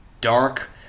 dark